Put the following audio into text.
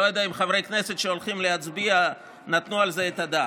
לא יודע אם חברי כנסת שהולכים להצביע נתנו על זה את הדעת.